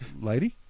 lady